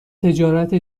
تجارت